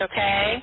Okay